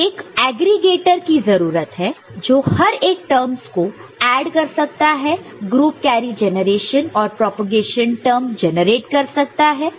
तो एक एग्रीगेटर की जरूरत है जो हर एक टर्मस को ऐड कर सकता है ग्रुप कैरी जेनरेशन और प्रोपेगेशन टर्म जेनरेट कर सकता है